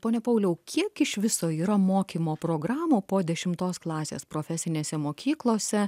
pone pauliau kiek iš viso yra mokymo programų po dešimtos klasės profesinėse mokyklose